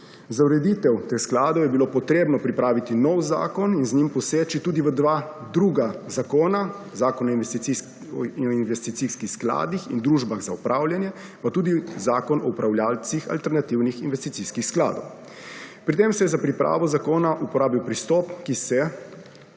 Za ureditev v te sklade je bilo potrebno pripraviti nov zakon in z njim poseči tudi v dva druga zakona, Zakon o investicijskih skladih in družbah za upravljanje, pa tudi Zakon o upravljalcih alternativnih investicijskih skladov. Pri tem se je za pripravo zakona uporabil pristop, ki se